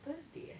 thursday eh